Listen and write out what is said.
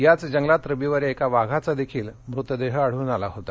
याच जंगलात रविवारी एका वाघाचा देखील मृतदेह आढळून आला होता